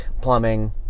plumbing